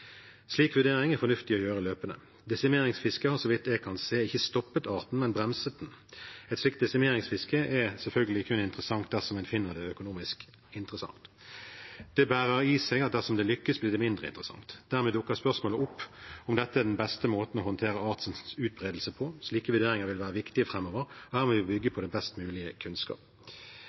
slik vurdering er fornuftig å gjøre løpende. Desimeringsfiske har, så vidt jeg kan se, ikke stoppet arten, men bremset den. Et slikt desimeringsfiske er selvfølgelig kun interessant dersom en finner det økonomisk interessant. Det bærer i seg at dersom det lykkes, blir det mindre interessant. Dermed dukker spørsmålet opp om dette er den beste måten å håndtere artens utbredelse på. Slike vurderinger vil være viktige framover. Her må vi bygge på den best mulige